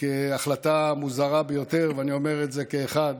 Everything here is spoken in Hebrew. כהחלטה מוזרה ביותר, ואני אומר את זה כאחד